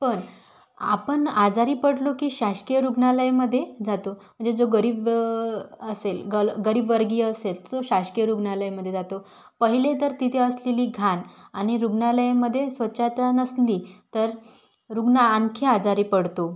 पण आपण आजारी पडलो की शासकीय रुग्णालयमध्ये जातो म्हणजे जो गरीब व असेल ग गरीब वर्गीय असेल तो शासकीय रुग्णालयमध्ये जातो पहिले तर तिथे असलेली घाण आणि रुग्णालयमध्ये स्वच्छता नसली तर रुग्ण आणखी आजारी पडतो